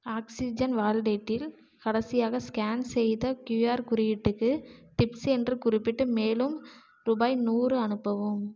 oxygen வால்டேட்டில் கடைசியாக scan செய்த க்யூஆர் குறியீட்டுக்கு டிப்ஸ் என்று குறிப்பிட்டு மேலும் ரூபாய் நூறு அனுப்பவும்